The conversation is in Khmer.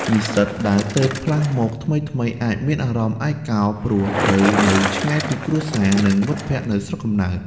និស្សិតដែលទើបផ្លាស់មកថ្មីៗ អាចមានអារម្មណ៍ឯកកោព្រោះត្រូវនៅឆ្ងាយពីគ្រួសារ និងមិត្តភ័ក្តិនៅស្រុកកំណើត។